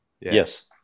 yes